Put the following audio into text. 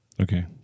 Okay